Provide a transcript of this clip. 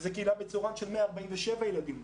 זו קהילה בצורן של 147 ילדים,